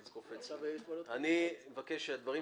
--- עכשיו יש בעיות חדשות.